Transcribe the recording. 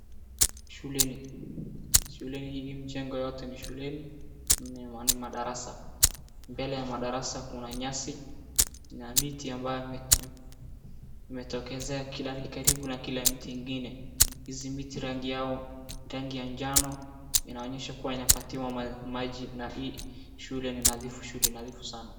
Shuleni. Shuleni hii mchanga yote ni shuleni na ni madarasa, mbele ya madarasa kuna nyasi na miti ambayo imetokezea karibu na kila mti ingine. Hizi miti rangi yao ni rangi ya njano inaonyesha kuwa inapatiwa maji na hii shule ni nadhifu, shule nadhifu sana.